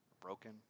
broken